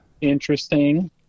interesting